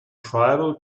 tribal